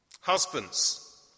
Husbands